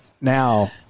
now